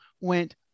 went